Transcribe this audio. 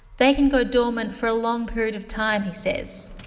they can go dormant for a long period of time he says.